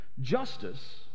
Justice